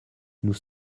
nous